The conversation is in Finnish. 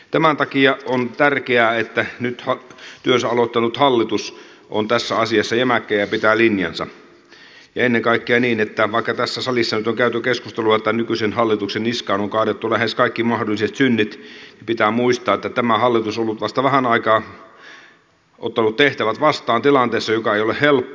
tämän takia on tärkeää että nyt työnsä aloittanut hallitus on tässä asiassa jämäkkä ja pitää linjansa ja ennen kaikkea vaikka tässä salissa nyt on käyty keskustelua ja tämän nykyisen hallituksen niskaan on kaadettu lähes kaikki mahdolliset synnit pitää muistaa että tämä hallitus on ollut vasta vähän aikaa ottanut tehtävät vastaan tilanteessa joka ei ole helppo